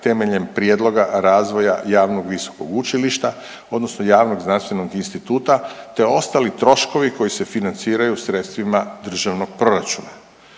temeljem prijedloga razvoja javnog visokog učilišta odnosno javnog znanstvenog instituta te ostali troškovi koji se financiraju sredstvima državnog proračuna.